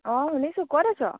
অঁ শুনিছোঁ ক'ত আছ